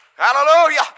Hallelujah